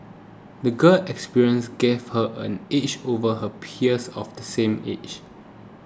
the girl's experiences gave her an edge over her peers of the same age